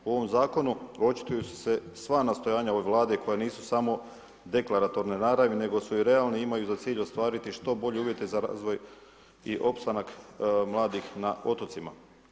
U ovom Zakonu očituju se sva nastojanja ove Vlade koja nisu samo deklaratorne naravi, nego su i realni, imaju za cilj ostvariti i što bolje uvjete za razvoj i opstanak mladih na otocima.